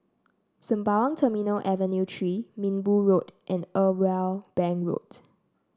Sembawang Terminal Avenue Three Minbu Road and Irwell Bank Road